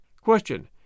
Question